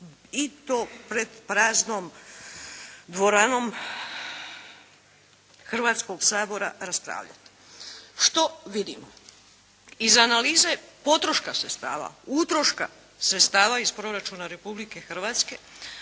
i to pred praznom dvoranom Hrvatskog sabora raspravljati. Što vidimo? Iz analize potroška sredstava, utroška sredstava iz proračuna Republike Hrvatske